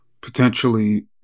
potentially